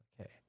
Okay